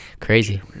Crazy